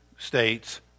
states